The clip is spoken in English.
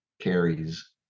carries